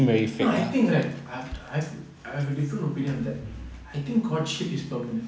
ah I think right I have I have a different opinion on that I think courtship is permanent